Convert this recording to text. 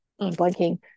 blanking